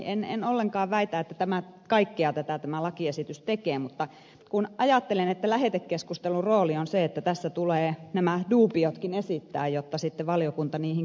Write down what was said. en ollenkaan väitä että kaikkea tätä tämä lakiesitys tekee mutta ajattelen että lähetekeskustelun rooli on se että tässä tulee nämä dubiotkin esittää jotta sitten valiokunta niihin kiinnittää huomiota